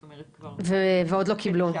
זאת אומרת כבר -- ועוד לא קיבלו אותה.